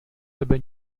tebe